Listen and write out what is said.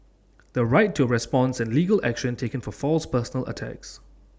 the right to A response and legal action taken for false personal attacks